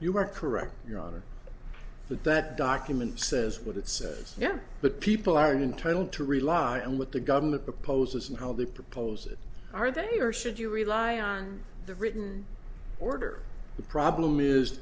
you are correct your honor but that document says what it says yes but people aren't entitled to rely on what the government proposes and how they propose it are they or should you rely on the written order the problem is